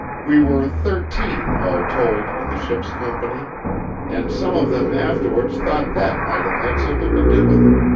we were thirteen, all told, in the ship's company and some of them afterwards thought that might have had something to do with it,